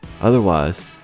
Otherwise